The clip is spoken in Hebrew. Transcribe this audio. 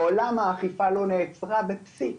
מעולם האכיפה לא נעצרה בפסיק.